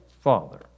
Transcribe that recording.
father